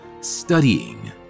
studying